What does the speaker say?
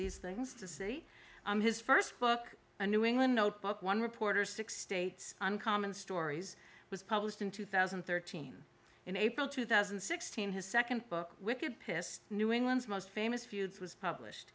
these things to see his first book a new england notebook one reporter's six states uncommon stories was published in two thousand and thirteen in april two thousand and sixteen his second book wicked piss new england's most famous feuds was published